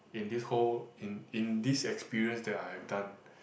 in this whole in in this experience that I've done